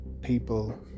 people